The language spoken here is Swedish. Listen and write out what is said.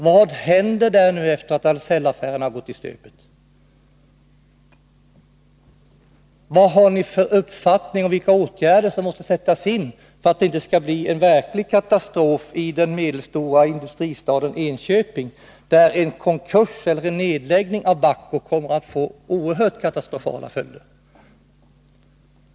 Vad händer där efter det att Ahlsellaffären har gått i stöpet? Vad har ni för uppfattning om vilka åtgärder som måste sättas in för att det inte skall bli en verklig katastrof i den medelstora industristaden Enköping, där en konkurs eller en nedläggning av Bahco skulle få oerhört katastrofala följder?